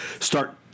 Start